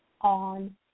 on